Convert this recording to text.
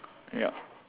ya